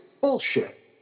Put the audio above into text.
bullshit